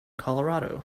colorado